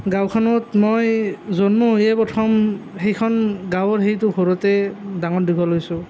গাঁওখনত মই জন্ম হৈয়ে প্ৰথম সেইখন গাঁৱৰ সেইটো ঘৰতে ডাঙৰ দীঘল হৈছোঁ